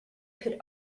could